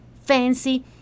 fancy